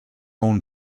own